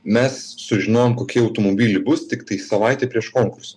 mes sužinojom kokie automobiliai bus tiktai savaitę prieš konkursą